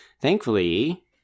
Thankfully